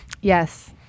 Yes